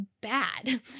bad